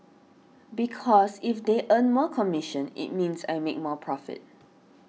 because if they earn more commission it means I make more profit